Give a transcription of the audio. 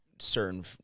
certain